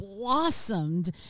blossomed